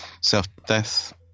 self-death